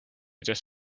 just